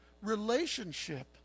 Relationship